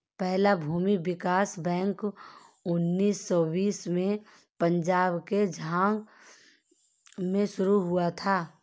पहला भूमि विकास बैंक उन्नीस सौ बीस में पंजाब के झांग में शुरू हुआ था